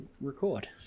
record